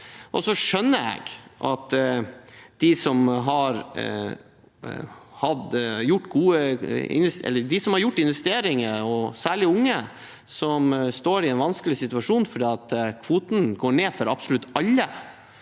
Jeg skjønner at de som har foretatt investeringer, og særlig unge som står i en vanskelig situasjon fordi kvoten går ned for absolutt alle,